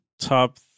top